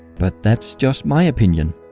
but that's just my opinion.